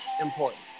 important